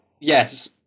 Yes